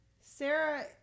Sarah